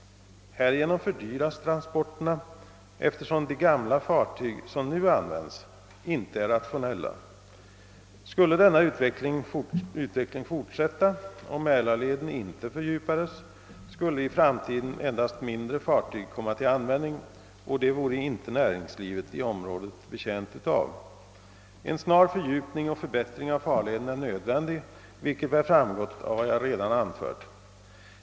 Härigenom fördyras transporterna, eftersom de gamla fartyg som nu används inte är rationella. Skulle denna utveckling fortsätta och mälarleden inte fördjupas, skulle i framtiden endast mindre fartyg komma till användning, och det vore inte näringslivet i området betjänt av. En snar fördjupning och förbättring av farleden är nödvändig, vilket väl framgått av vad jag redan har anfört.